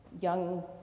young